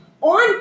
on